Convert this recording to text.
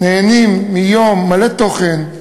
נהנים מיום מלא תוכן,